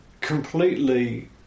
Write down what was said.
completely